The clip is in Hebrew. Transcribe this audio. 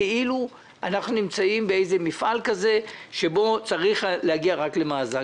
כאילו אנחנו נמצאים באיזה מפעל כזה שבו צריך להגיע רק למאזן.